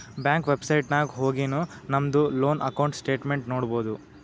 bank website ನಾಗ್ ಹೊಗಿನು ನಮ್ದು ಲೋನ್ ಅಕೌಂಟ್ ಸ್ಟೇಟ್ಮೆಂಟ್ ನೋಡ್ಬೋದು